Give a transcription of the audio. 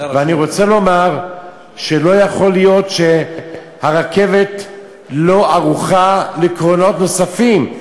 ואני רוצה לומר שלא יכול להיות שהרכבת לא ערוכה לקרונות נוספים.